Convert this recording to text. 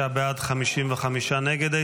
46 בעד, 55 נגד.